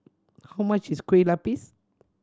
how much is Kueh Lapis